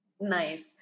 nice